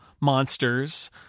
monsters